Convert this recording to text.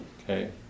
okay